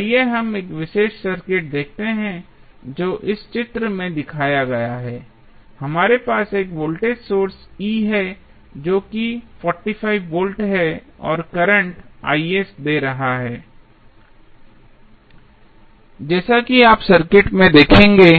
आइए हम एक विशेष सर्किट देखते हैं जो इस चित्र में दिखाया गया है हमारे पास एक वोल्टेज सोर्स E है जो कि 45 वोल्ट है और करंट दे रहा है और जैसा कि आप सर्किट में देखेंगे